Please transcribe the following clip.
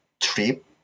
trip